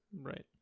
Right